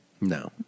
No